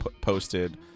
posted